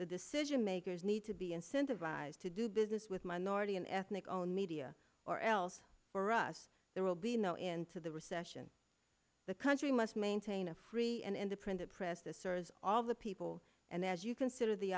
the decision makers need to be incentivized to do business with minority and ethnic owned media or else for us there will be no end to the recession the country must maintain a free and independent press to service all the people and as you consider the